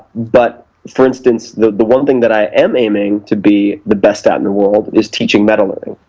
but for instance, the the one thing that i am aiming to be the best at in the world is teaching meta-learning.